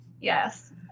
Yes